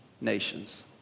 nations